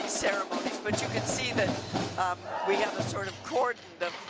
ceremonies but you can see that we have a sort of cordon